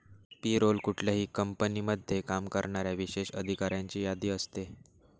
पे role कुठल्याही कंपनीमध्ये काम करणाऱ्या विशेष अधिकाऱ्यांची यादी असते